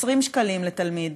20 שקלים לתלמיד.